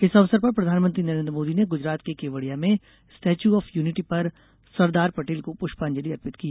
इस अवसर पर प्रधानमंत्री नरेंद्र मोदी ने गुजरात के केवड़िया में स्टेच्यू ऑफ यूनिटी पर सरदार पटेल को पुष्पांजलि अर्पित की